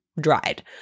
dried